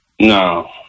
No